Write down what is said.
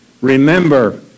remember